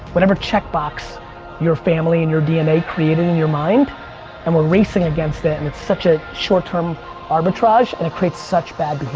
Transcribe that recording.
what ever checkbox your family and your dna created in your mind and we're racing against that and it's such a short term arbitrage, and it creates such bad